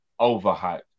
overhyped